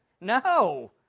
No